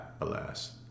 alas